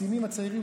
הקצינים הצעירים,